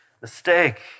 mistake